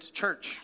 church